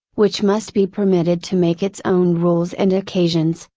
which must be permitted to make its own rules and occasions,